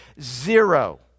Zero